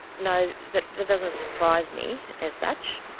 no, that that doesn't surprise me as such,